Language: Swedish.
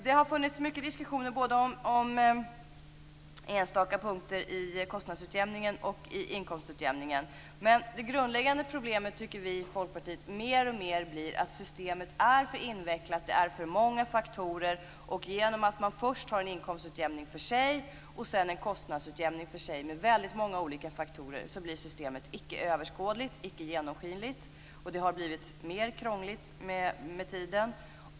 Det har förts mycket diskussioner om enstaka punkter både i kostnadsutjämningen och i inkomstutjämningen. Men det grundläggande problemet tycker vi i Folkpartiet mer och mer blir att systemet är för invecklat. Det är för många faktorer. Genom att man först har en inkomstutjämning för sig och sedan en kostnadsutjämning för sig med väldigt många olika faktorer blir systemet icke överskådligt, icke genomskinligt. Det har blivit mer krångligt med tiden.